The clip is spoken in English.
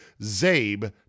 ZABE